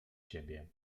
ciebie